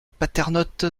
paternotte